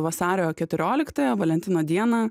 vasario keturioliktąją valentino dieną